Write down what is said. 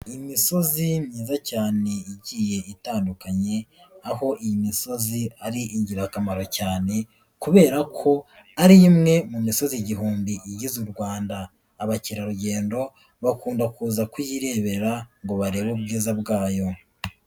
Imisozi myiza cyane igiye itandukanye, aho iyi misozi ari ingirakamaro cyane kubera ko ari imwe mu misozi igihumbi igize u Rwanda. Abakerarugendo bakunda kuza kuyirebera ngo barebe ubwiza bwayo.